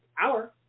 hour